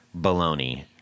Baloney